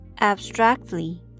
abstractly